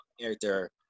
character